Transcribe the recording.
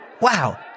Wow